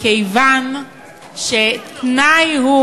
מכיוון שהתנאי,